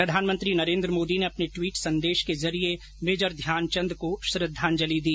प्रधानमंत्री नरेन्द्र मोदी ने अपने ट्वीट संदेश के जरिये मेजर ध्यानचंद को श्रद्वांजलि दी